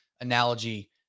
analogy